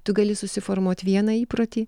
tu gali susiformuot vieną įprotį